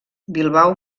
bilbao